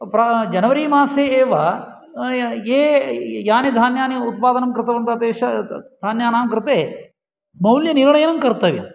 January मासे एव ये यानि धान्यानि उत्पादनं कृतवन्तः धान्यानां कृते मौल्यनिर्णयं कर्तव्यम्